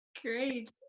great